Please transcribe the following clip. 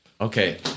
Okay